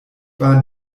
waren